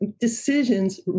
decisions